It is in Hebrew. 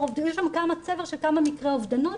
--- יש לנו צבר של כמה מקרי אובדנות,